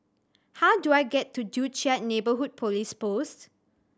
how do I get to Joo Chiat Neighbourhood Police Post